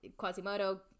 Quasimodo